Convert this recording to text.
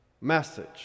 message